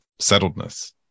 settledness